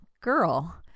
girl